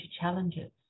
challenges